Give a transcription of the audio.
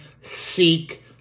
seek